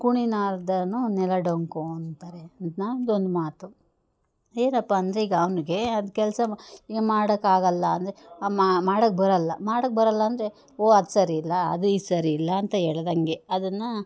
ಕುಣಿಲಾರ್ದೋನು ನೆಲ ಡೊಂಕು ಅಂತಾರೆ ಅಂದೊಂದು ಮಾತು ಏನಪ್ಪ ಅಂದರೆ ಈಗ ಅವನಿಗೆ ಅದು ಕೆಲಸ ಮಾಡೋಕ್ಕಾಗೊಲ್ಲಾ ಅಂದರೆ ಮಾಡೋಕ್ಕೆ ಬರೋಲ್ಲ ಮಾಡೋಕ್ಕೆ ಬರೋಲ್ಲ ಅಂದರೆ ಓ ಅದು ಸರಿ ಇಲ್ಲ ಅದು ಇದು ಸರಿ ಇಲ್ಲ ಅಂತ ಹೇಳ್ದಂಗೆ ಅದನ್ನು